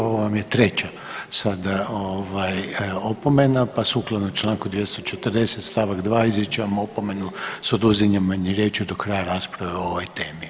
Ovo vam je treća sada opomena, pa sukladno članku 240. stavak 2. izričem vam opomenu sa oduzimanjem riječi do kraja rasprave o ovoj temi.